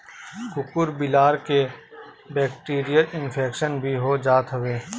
कुकूर बिलार के बैक्टीरियल इन्फेक्शन भी हो जात हवे